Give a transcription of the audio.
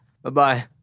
Bye-bye